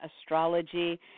astrology